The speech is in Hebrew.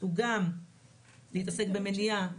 הוא גם להתעסק במניעה,